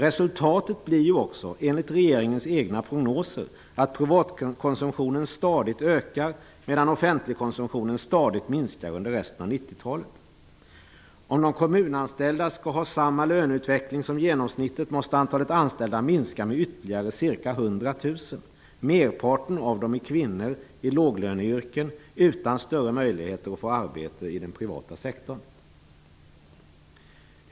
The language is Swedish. Resultatet blir ju också, enligt regeringens egna prognoser, att privatkonsumtionen stadigt ökar medan offentligkonsumtionen stadigt minskar under resten av 90-talet. Om de kommunanställda skall ha samma löneutveckling som genomsnittet måste antalet anställda minska med ytterligare ca 100 000. Merparten av dem är kvinnor i låglöneyrken utan större möjligheter att få arbete i den privata sektorn.